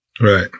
right